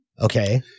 okay